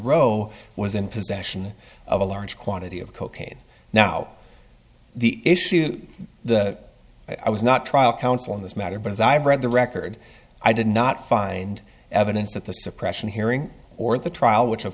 roe was in possession of a large quantity of cocaine now the issue the i was not trial counsel in this matter but as i've read the record i did not find evidence at the suppression hearing or at the trial which